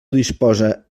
disposa